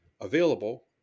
Available